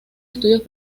estudios